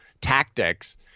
tactics